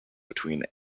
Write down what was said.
between